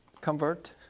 convert